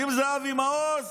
אם זה אבי מעוז,